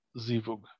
Zivug